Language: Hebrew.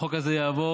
החוק הזה יעבור.